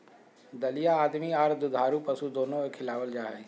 दलिया आदमी आर दुधारू पशु दोनो के खिलावल जा हई,